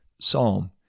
psalm